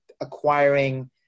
acquiring